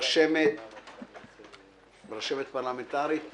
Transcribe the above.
רשמת פרלמנטרית,